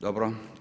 Dobro.